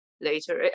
later